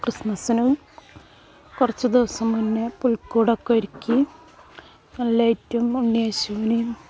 ക്രിസ്മസിനും കുറച്ച് ദിവസം മുന്നേ പുൽക്കൂടൊക്കെ ഒരുക്കി നല്ല ലൈറ്റും ഉണ്ണിയേശുവിനെയും